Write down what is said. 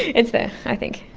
it's there i think.